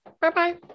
Bye-bye